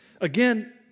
Again